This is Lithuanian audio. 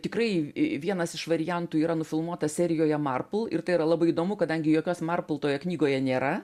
tikrai vienas iš variantų yra nufilmuotas serijoje marpl ir tai yra labai įdomu kadangi jokios marpl knygoje nėra